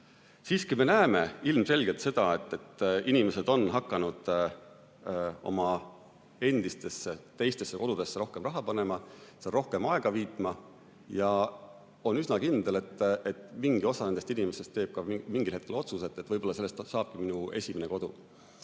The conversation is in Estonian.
me näeme ilmselgelt seda, et inimesed on hakanud oma endistesse teistesse kodudesse rohkem raha panema, seal rohkem aega viitma. Ja on üsna kindel, et mingi osa nendest inimestest teeb ka mingil hetkel otsuse, et võib-olla sellest saabki minu esimene kodu.